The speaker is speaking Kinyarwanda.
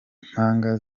mpanga